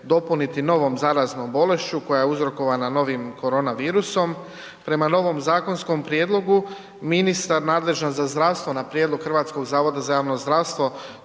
dopuniti novom zaraznom bolešću koja je uzrokovana novim korona virusom. Prema novom zakonskom prijedlogu ministar nadležan za zdravstvo na prijedlog HZJZ-a donosi odluku o